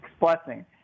blessing